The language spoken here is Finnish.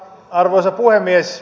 arvoisa puhemies